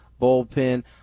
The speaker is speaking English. bullpen